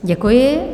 Děkuji.